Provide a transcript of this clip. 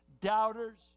doubters